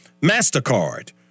MasterCard